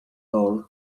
all